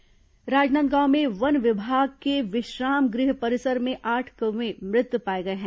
bird flu Rajnandgaon में वन विभाग के विश्राम गृह परिसर में आठ कौवें मृत पाए गए हैं